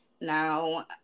Now